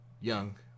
young